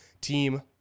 team